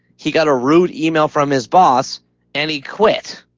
he got a rude email from his boss and he quit.